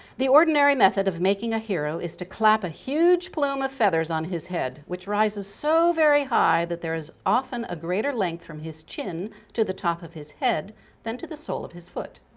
the ordinary method of making a hero is to clap a huge plume of feathers on his head which rises so very high that there is often a greater length from his chin to the top of his head than to the sole of his foot.